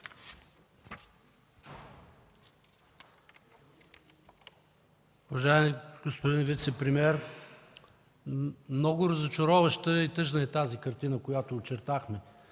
Уважаеми господин вицепремиер, много разочароваща и тъжна е картината, която очертахме.